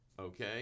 Okay